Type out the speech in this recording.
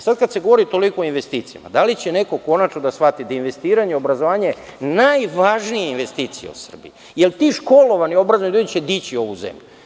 Sada kada se govori toliko o investicijama da li će neko konačno da shvati da investiranje u obrazovanje je najvažnija investicija u Srbiji, jer ti školovani obrazovani ljudi će dići ovu zemlju.